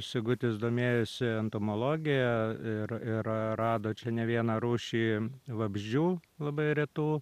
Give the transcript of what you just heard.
sigutis domėjosi entomologija ir ir rado čia ne vieną rūšį vabzdžių labai retų